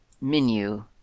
menu